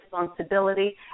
responsibility